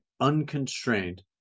unconstrained